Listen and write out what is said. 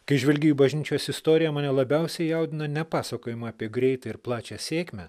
kai žvelgiu į bažnyčios istoriją mane labiausiai jaudina ne pasakojimai apie greitą ir plačią sėkmę